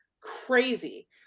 crazy